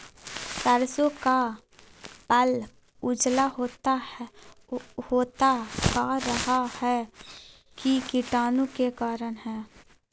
सरसो का पल उजला होता का रहा है की कीटाणु के करण?